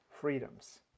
freedoms